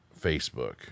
Facebook